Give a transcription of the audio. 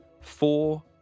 four